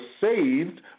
saved